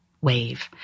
wave